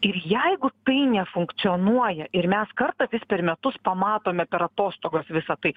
ir jeigu tai nefunkcionuoja ir mes kartą vis per metus pamatome per atostogas visą tai